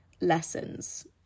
lessons